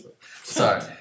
sorry